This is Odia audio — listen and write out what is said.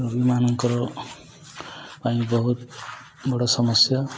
ରୋଗୀମାନଙ୍କର ପାଇଁ ବହୁତ ବଡ଼ ସମସ୍ୟା